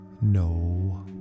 no